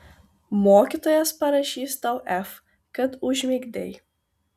mokytojas parašys tau f kad užmigdei